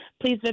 please